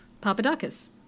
Papadakis